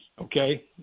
Okay